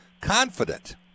confident